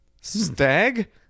Stag